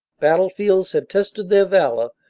battlefields had tested their valor,